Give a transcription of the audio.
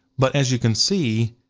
but as you can see,